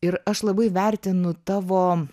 ir aš labai vertinu tavo